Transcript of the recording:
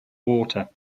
water